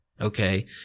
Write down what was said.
Okay